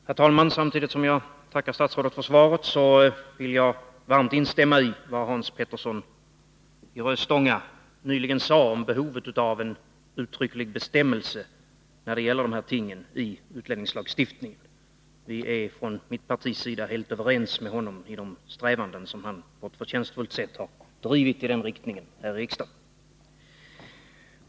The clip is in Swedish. Herr talman! Samtidigt som jag tackar statsrådet för svaret vill jag varmt instämma i vad Hans Petersson i Röstånga nyligen sade om behovet av en uttrycklig bestämmelse när det gäller dessa ting i utlänningslagstiftningen. Vi är från mitt partis sida på denna punkt helt överens med honom och ställer oss bakom de krav i den riktningen som han på ett förtjänstfullt sätt har drivit här i riksdagen.